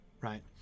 right